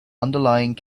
underlying